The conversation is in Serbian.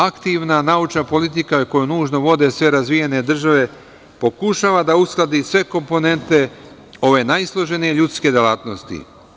Aktivna naučna politika kojoj nužno vode sve razvijene države pokušava da uskladi sve komponente ove najsloženije ljudske delatnosti.